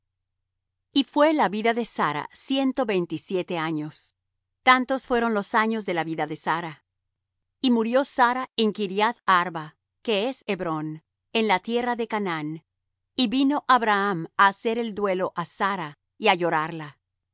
y fué la vida de sara ciento veintisiete años tantos fueron los años de la vida de sara y murió sara en kiriath arba que es hebrón en la tierra de canaán y vino abraham á hacer el duelo á sara y á llorarla